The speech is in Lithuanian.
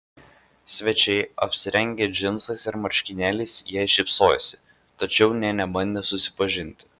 svečiai apsirengę džinsais ir marškinėliais jai šypsojosi tačiau nė nebandė susipažinti